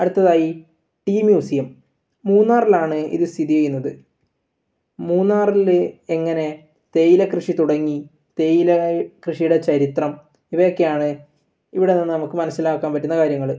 അടുത്തതായി tea museum മൂന്നാറിലാണ് ഇത് സ്ഥിതി ചെയ്യുന്നത് മൂന്നാറിൽ എങ്ങനെ തേയിലക്കൃഷി തുടങ്ങി തേയിലക്കൃഷിയുടെ ചരിത്രം ഇവയൊക്കെയാണ് ഇവിടെ നിന്നും നമുക്ക് മനസ്സിലാക്കാൻ പറ്റുന്ന കാര്യങ്ങൾ